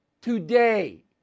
Today